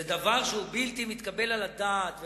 זה דבר שהוא בלתי מתקבל על הדעת,